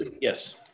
yes